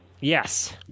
Yes